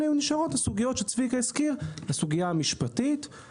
היו נשארות הסוגיות שצביקה הזכיר: הסוגיה המשפטית,